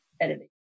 editing